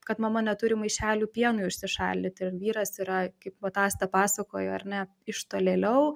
kad mama neturi maišelių pienui užsišaldyti ir vyras yra kaip vat asta pasakojo ar ne iš tolėliau